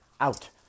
Out